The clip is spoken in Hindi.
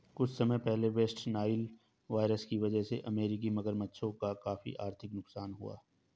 कुछ समय पहले वेस्ट नाइल वायरस की वजह से अमेरिकी मगरमच्छों का काफी आर्थिक नुकसान हुआ